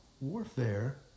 warfare